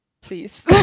please